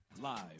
Live